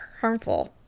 harmful